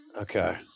Okay